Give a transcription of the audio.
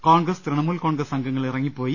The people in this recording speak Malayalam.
കോൺഗ്രസ് തൃണമൂൽ കോൺഗ്രസ് അംഗങ്ങൾ ഇറങ്ങി പ്പോയി